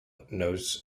knows